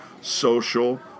social